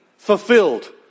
fulfilled